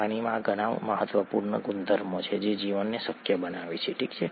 પાણીમાં ઘણા મહત્વપૂર્ણ ગુણધર્મો છે જે જીવનને શક્ય બનાવે છે ઠીક છે